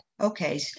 okay